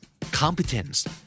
Competence